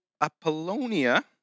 Apollonia